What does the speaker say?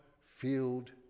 filled